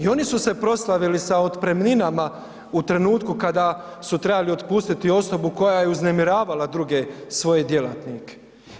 I oni su se proslavili sa otpremninama u trenutku kada su trebali otpustiti osobu koja je uznemiravala druge svoje djelatnike.